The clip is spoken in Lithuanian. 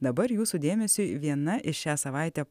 dabar jūsų dėmesiui viena iš šią savaitę